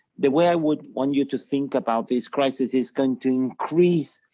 the way i would want you to think about these crisis is going to increase,